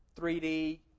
3D